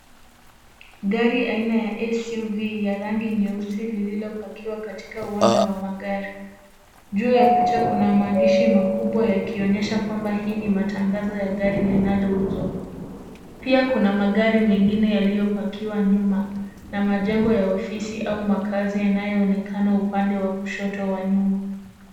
Gari aina ya SUV ya rangi nyeusi lililopakiwa katika uwanja wa magari. Juu ya picha kuna maandishi makubwa yakionyesha kwamba hii ni matangazo ya gari linalouzwa, pia kuna magari mengine yaliyopakiwa nyuma na majengo ya ofisi au makazi yanayoonekana upande wa kushoto wa nyuma.